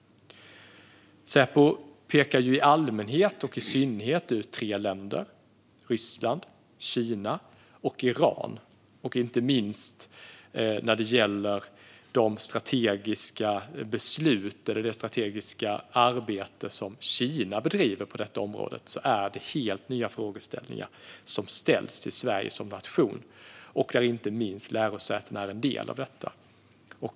Säpo pekar i synnerhet ut tre länder: Ryssland, Kina och Iran. Inte minst innebär det strategiska arbete som Kina bedriver att Sverige som nation står inför helt nya frågeställningar. Inte minst är lärosätena en del av detta.